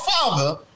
father